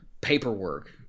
paperwork